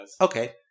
Okay